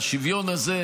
והשוויון הזה,